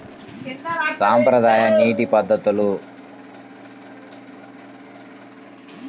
సాంప్రదాయ నీటి పారుదల పద్ధతులు ఏమిటి?